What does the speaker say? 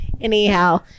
Anyhow